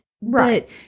right